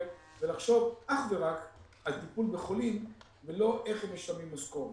ולחשוב אך ורק על טיפול בחולים ולא איך הם משלמים משכורת.